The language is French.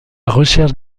recherche